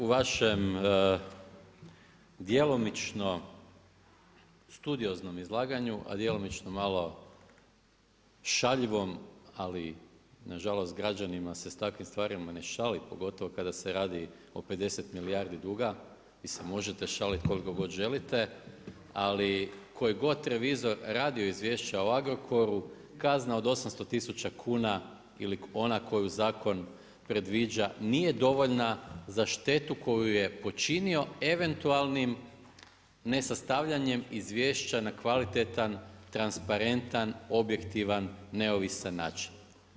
U vašem djelomično studioznom izlaganju, a djelomično malo šaljivom, ali nažalost s građanima se s takvim stvarima ne šali, pogotovo kada se radi o 50 milijardi duga, vi se možete šaliti koliko god želite, ali koji god revizor radio izvješća o Agrokoru, kazna od 800000 kuna ili ona koju zakon predviđa, nije dovoljna za štetu koju je počinio eventualnim nerastavljanjem izvješća na kvalitetan, transparentan, objektivan, neovisan način.